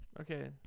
okay